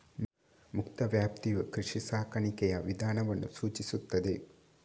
ಮುಕ್ತ ವ್ಯಾಪ್ತಿಯು ಕೃಷಿ ಸಾಕಾಣಿಕೆಯ ವಿಧಾನವನ್ನು ಸೂಚಿಸುತ್ತದೆ